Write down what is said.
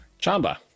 chamba